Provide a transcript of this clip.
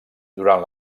durant